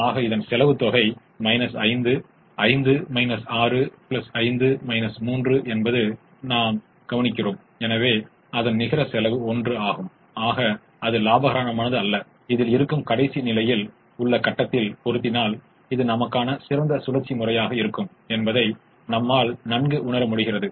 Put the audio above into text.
ஆனால் இந்த சிறிய தீர்வுகள் மூலம் பார்ப்போம் பலவீனமான இரட்டைக் கோட்பாடு இரட்டைக்கான ஒவ்வொரு சாத்தியமான தீர்வும் முதன்மையான ஒவ்வொரு சாத்தியமான தீர்வையும் விட அதிகமாகவோ அல்லது சமமாகவோ ஒரு புறநிலை செயல்பாட்டு மதிப்பைக் கொண்டுள்ளது